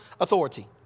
authority